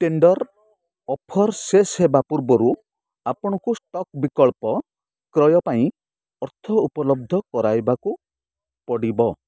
tender offer ଶେଷ ହେବା ପୂର୍ବରୁ ଆପଣଙ୍କୁ ଷ୍ଟକ୍ ବିକଳ୍ପ କ୍ରୟ ପାଇଁ ଅର୍ଥ ଉପଲବ୍ଧ କରାଇବାକୁ ପଡ଼ିବ